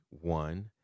one